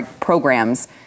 programs